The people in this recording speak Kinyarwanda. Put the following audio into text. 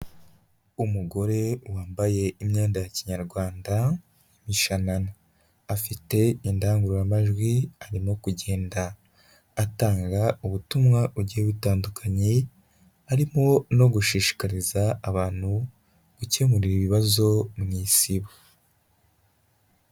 Umugore wambaye imyenda ya kinyarwanda imishanana. Afite indangururamajwi arimo kugenda atanga ubutumwa bugiye butandukanye harimo no gushishikariza abantu gukemurira ibibazo mu Isibo.